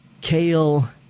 kale